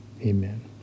Amen